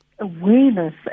awareness